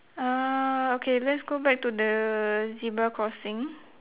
err okay let's go back to the zebra crossing